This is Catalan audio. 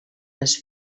les